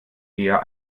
eher